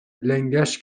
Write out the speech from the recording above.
لنگش